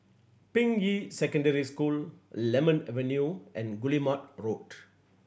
Ping Yi Secondary School Lemon Avenue and Guillemard Road